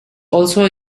also